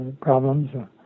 problems